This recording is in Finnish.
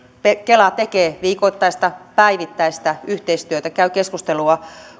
kela tekee viikoittaista päivittäistä yhteistyötä käy keskustelua